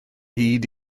hyd